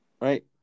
Right